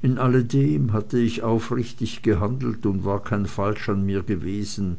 in alledem hatte ich aufrichtig gehandelt und war kein falsch an mir gewesen